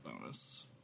bonus